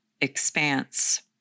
expanse